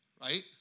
Right